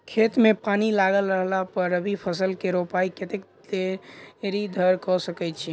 खेत मे पानि लागल रहला पर रबी फसल केँ रोपाइ कतेक देरी धरि कऽ सकै छी?